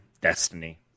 Destiny